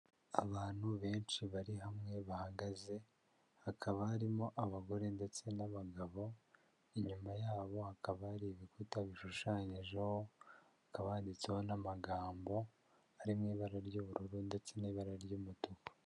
Abantu benshi bari hamwe bahagaze, hakaba harimo abagore ndetse n'abagabo inyuma yabo hakaba hari ibikuta bishushanyijeho, hakaba handitseho n'amagambo ari mu ibara ry'ubururu ndetse n'ibara ry'umutuku.